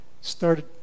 started